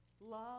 love